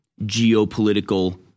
geopolitical